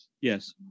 yes